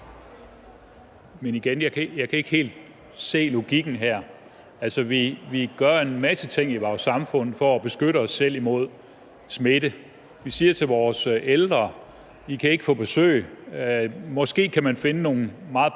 Igen kan jeg ikke helt se logikken her. Altså, vi gør en masse ting i vores samfund for at beskytte os mod smitte. Vi siger til vores ældre: I kan ikke få besøg. Måske kan man finde nogle meget